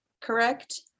correct